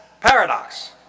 paradox